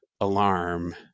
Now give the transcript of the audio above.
alarm